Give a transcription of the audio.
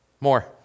More